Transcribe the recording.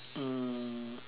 um